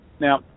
Now